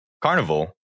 carnival